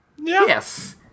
Yes